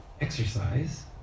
exercise